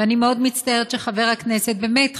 ואני מאוד מצטערת שחבר הכנסת, באמת חברי,